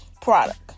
product